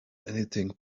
anything